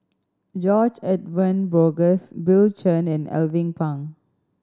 George Edwin Bogaars Bill Chen and Alvin Pang